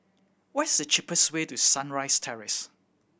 what's the cheapest way to Sunrise Terrace